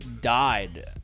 died